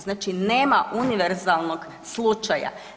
Znači nema univerzalnog slučaja.